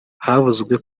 havuzwe